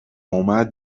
اومد